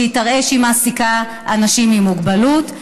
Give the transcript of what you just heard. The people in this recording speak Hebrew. שתראה שהיא מעסיקה אנשים עם מוגבלות,